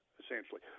essentially